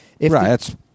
Right